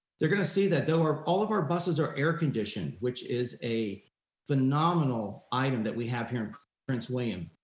they're gonna see that though are all of our buses are air conditioned, which is a phenomenal item that we have here in prince william.